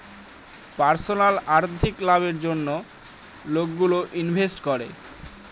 personal আর্থিক লাভের জন্য লোকগুলো ইনভেস্ট করে